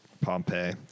Pompeii